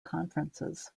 conferences